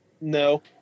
no